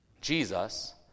Jesus